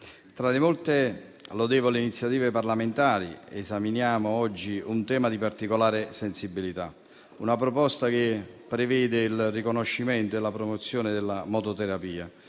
tra le molte lodevoli iniziative parlamentari, esaminiamo oggi un tema di particolare sensibilità, una proposta che prevede il riconoscimento e la promozione della mototerapia.